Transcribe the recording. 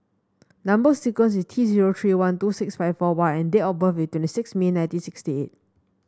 number sequence is T zero three one two six five four Y and date of birth is twenty six May nineteen sixty eight